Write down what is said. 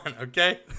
okay